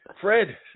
Fred